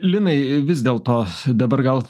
linai vis dėl to dabar gal